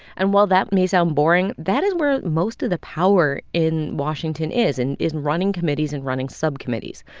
and while that may sound boring, that is where most of the power in washington is and is and running committees and running subcommittees.